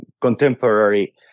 contemporary